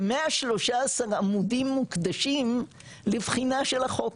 ו- 113 עמודים מוקדשים לבחינה של החוק,